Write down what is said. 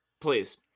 please